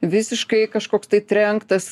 visiškai kažkoks tai trenktas